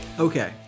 Okay